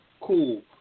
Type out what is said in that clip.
cool